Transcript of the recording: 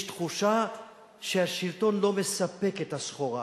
יש תחושה שהשלטון לא מספק את הסחורה.